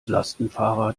lastenfahrrad